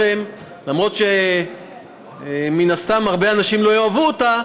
למרות שמן הסתם הרבה אנשים לא יאהבו אותה,